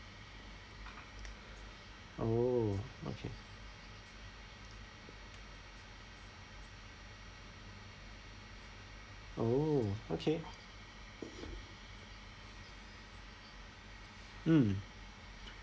oh okay oh okay mm